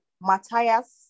Matthias